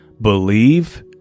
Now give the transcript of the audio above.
Believe